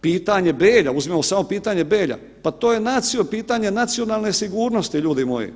Pitanje Belja, uzmimo samo pitanje Belja, pa to je pitanje nacionalne sigurnosti ljudi moji.